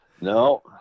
No